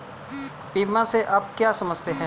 बीमा से आप क्या समझते हैं?